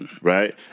right